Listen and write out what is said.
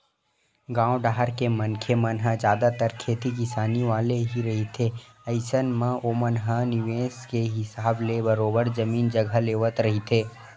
गाँव डाहर के मनखे मन ह जादतर खेती किसानी वाले ही रहिथे अइसन म ओमन ह निवेस के हिसाब ले बरोबर जमीन जघा लेवत रहिथे